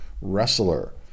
Wrestler